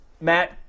Matt